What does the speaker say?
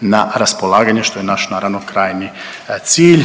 na raspolaganje što je naš naravno krajnji cilj.